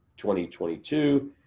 2022